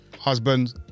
husband